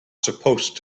supposed